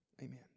Amen